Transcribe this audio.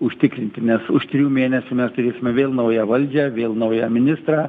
užtikrinti nes už trijų mėnesių mes turėsime vėl naują valdžią vėl naują ministrą